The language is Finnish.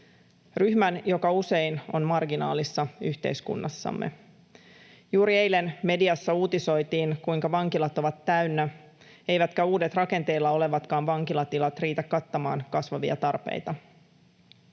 ryhmän, joka usein on marginaalissa yhteiskunnassamme. Juuri eilen mediassa uutisoitiin, kuinka vankilat ovat täynnä eivätkä uudet rakenteilla olevatkaan vankilatilat riitä kattamaan kasvavia tarpeita.